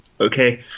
Okay